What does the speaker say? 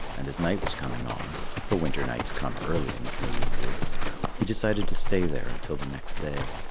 and as night was coming on for winter nights come early in the canadian woods he decided to stay there until the next day.